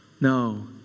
No